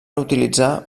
utilitzar